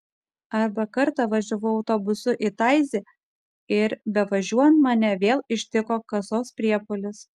arba kartą važiavau autobusu į taizė ir bevažiuojant mane vėl ištiko kasos priepuolis